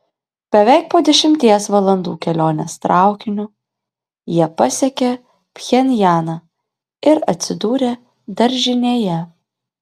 beveik po dešimties valandų kelionės traukiniu jie pasiekė pchenjaną ir atsidūrė daržinėje